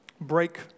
Break